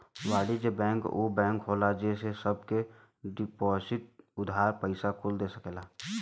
वाणिज्य बैंक ऊ बैंक होला जे सब के डिपोसिट, उधार, पइसा कुल दे सकेला